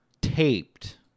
taped